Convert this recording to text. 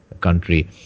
country